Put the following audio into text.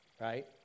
right